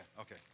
okay